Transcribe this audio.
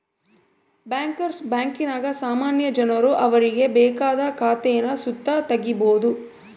bankers ಬ್ಯಾಂಕಿನಾಗ ಸಾಮಾನ್ಯ ಜನರು ಅವರಿಗೆ ಬೇಕಾದ ಖಾತೇನ ಸುತ ತಗೀಬೋದು